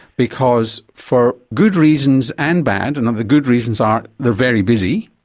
because for good reasons and bad, and um the good reasons are they're very busy,